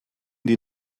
die